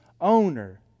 owner